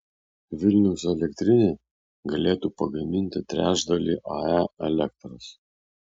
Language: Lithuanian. vilniaus elektrinė galėtų pagaminti trečdalį ae elektros